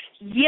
Yes